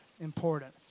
important